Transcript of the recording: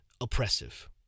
oppressive